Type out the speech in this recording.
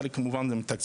חלק כמובן זה גם תקציבים,